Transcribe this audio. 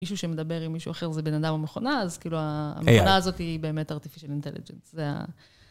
מישהו שמדבר עם מישהו אחר זה בן אדם או מכונה, אז כאילו המכונה הזאת היא באמת ארטיפישל אינטליג'נס, זה ה...